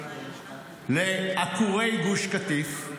לעקורי גוש קטיף,